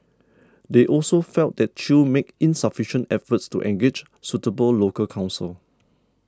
they also felt that Chew made insufficient efforts to engage suitable local counsel